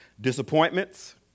disappointments